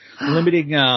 limiting